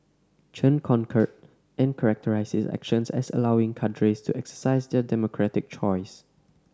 Chen concurred and characterised his actions as allowing cadres to exercise their democratic choice